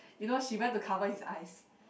you know she went to cover his eyes